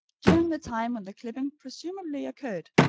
during the time when the clipping presumably occurred,